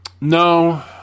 No